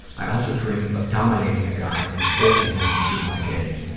i also dream of dominating a guy and forcing him to do my bidding.